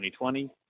2020